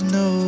no